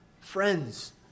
friends